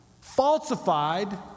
falsified